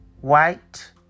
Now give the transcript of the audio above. white